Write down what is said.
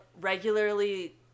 regularly